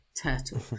turtle